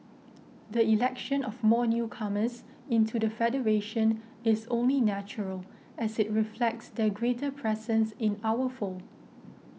the election of more newcomers into the federation is only natural as it reflects their greater presence in our fold